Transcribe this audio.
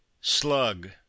Slug